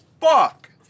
fuck